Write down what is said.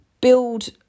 build